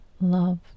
love